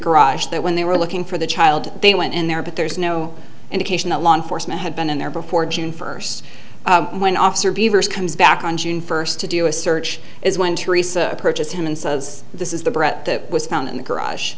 garage that when they were looking for the child they went in there but there's no indication that law enforcement had been in there before june first when officer beavers comes back on june first to do a search is when teresa approaches him and says this is the brett that was found in the garage